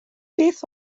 beth